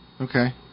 Okay